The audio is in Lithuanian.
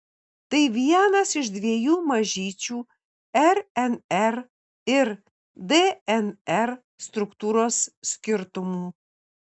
tai vienas iš dviejų mažyčių rnr ir dnr struktūros skirtumų